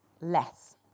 less